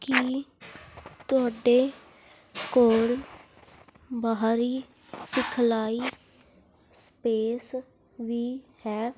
ਕੀ ਤੁਹਾਡੇ ਕੋਲ ਬਾਹਰੀ ਸਿਖਲਾਈ ਸਪੇਸ ਵੀ ਹੈ